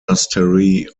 monastery